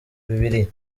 bibiri